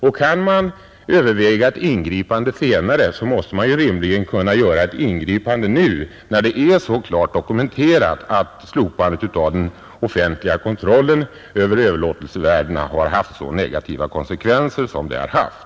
Och kan man överväga ett ingripande senare måste man ju rimligen kunna göra ett ingripande nu, när det är så klart dokumenterat att slopandet av den offentliga kontrollen över överlåtelsevärdena haft så negativa konsekvenser som det haft.